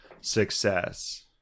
success